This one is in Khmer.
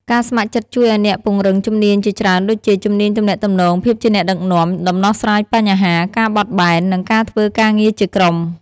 ការស្ម័គ្រចិត្តជួយឱ្យអ្នកពង្រឹងជំនាញជាច្រើនដូចជា៖ ជំនាញទំនាក់ទំនង ភាពជាអ្នកដឹកនាំ ដំណោះស្រាយបញ្ហា ការបត់បែន និងការធ្វើការងារជាក្រុម។